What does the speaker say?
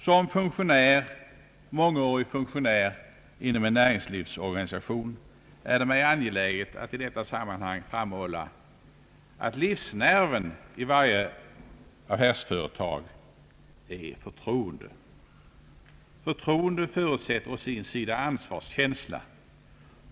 Som mångårig funktionär inom en näringslivsorganisation är det mig angeläget att i detta sammanhang framhålla att livsnerven i varje affärsföretag är förtroende. Förtroende förutsätter å sin sida ansvarskänsla.